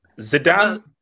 Zidane